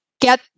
get